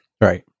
Right